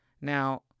Now